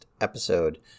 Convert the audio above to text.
episode